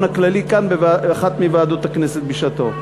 הכללי כאן באחת מוועדות הכנסת בשעתו,